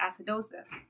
acidosis